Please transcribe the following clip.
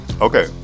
Okay